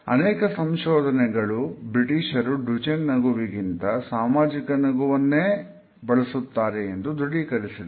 ಅನೇಕ ಸಂಶೋಧನೆಗಳು ಬ್ರಿಟಿಷರು ಡುಚೆನ್ ನಗುವಿಗಿಂತ ಸಾಮಾಜಿಕ ನಗುವನ್ನೇ ಬಳಸುತ್ತಾರೆ ಎಂದು ದೃಢೀಕರಿಸಿದೆ